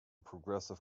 progressive